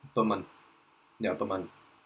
per month yeah per month